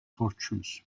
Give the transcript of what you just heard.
fortunes